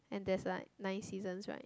and there's like nine seasons right